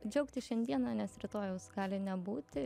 džiaugtis šiandiena nes rytojaus gali nebūti